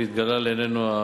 והתגלה לעינינו,